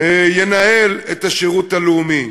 ינהל את השירות הלאומי.